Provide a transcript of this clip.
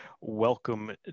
Welcome